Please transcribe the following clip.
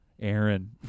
Aaron